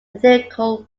ethical